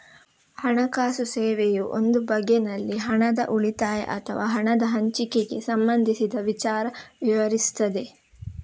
ಹಣಕಾಸು ಸೇವೆಯು ಒಂದು ಬಗೆನಲ್ಲಿ ಹಣದ ಉಳಿತಾಯ ಅಥವಾ ಹಣದ ಹಂಚಿಕೆಗೆ ಸಂಬಂಧಿಸಿದ ವಿಚಾರ ವಿವರಿಸ್ತದೆ